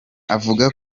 avuga